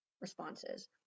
responses